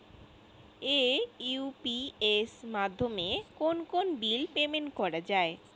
AEPS মাধ্যমে কোন কোন বিল পেমেন্ট করা যায়?